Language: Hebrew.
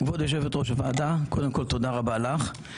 כבוד יושבת ראש הוועדה, קודם כל, תודה רבה לך.